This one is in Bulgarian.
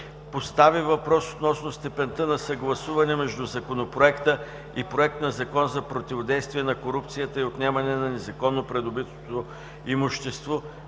постави въпрос относно степента на съгласуване между Законопроекта и Проект на закон за противодействие на корупцията и отнемане на незаконно придобитото имущество,